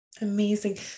Amazing